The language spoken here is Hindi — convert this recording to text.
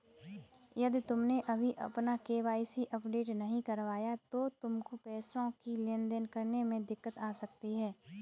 यदि तुमने अभी अपना के.वाई.सी अपडेट नहीं करवाया तो तुमको पैसों की लेन देन करने में दिक्कत आ सकती है